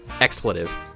Expletive